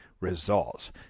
results